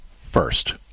first